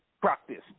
practice